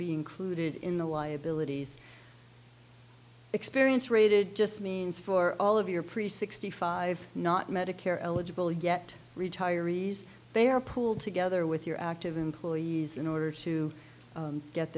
be included in the liabilities experience rated just means for all of your priest sixty five not medicare eligible yet retirees they are pooled together with your active employees in order to